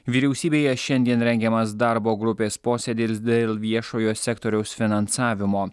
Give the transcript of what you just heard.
vyriausybėje šiandien rengiamas darbo grupės posėdis dėl viešojo sektoriaus finansavimo